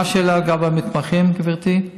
מה השאלה לגבי המתמחים, גברתי?